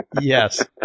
Yes